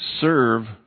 Serve